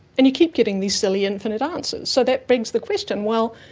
and you keep getting these silly infinite answers. so that begs the question, well,